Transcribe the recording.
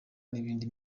n’indi